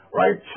right